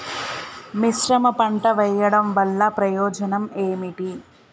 మిశ్రమ పంట వెయ్యడం వల్ల ప్రయోజనం ఏమిటి?